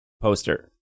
poster